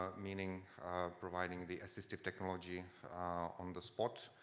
ah meaning providing the assistive technology on the spot.